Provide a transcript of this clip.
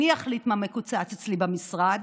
אני אחליט מה מקוצץ אצלי במשרד.